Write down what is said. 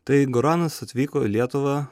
tai goranas atvyko į lietuvą